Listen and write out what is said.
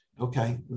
okay